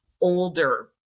older